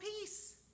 peace